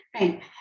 Right